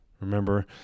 Remember